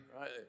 right